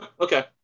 Okay